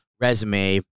resume